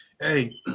Hey